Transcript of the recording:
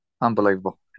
Unbelievable